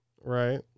right